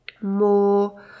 more